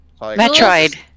Metroid